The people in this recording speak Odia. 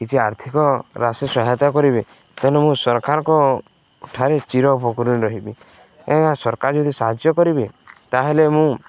କିଛି ଆର୍ଥିକ ରାଶି ସହାୟତା କରିବେ ତେଣୁ ମୁଁ ସରକାରଙ୍କ ଠାରେ ଚିରଉପକୃତ ରହିବି ସରକାର ଯଦି ସାହାଯ୍ୟ କରିବେ ତା'ହେଲେ ମୁଁ